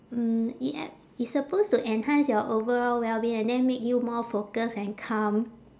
mm it ac~ it's supposed to enhance your overall well being and then make you more focus and calm